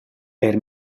per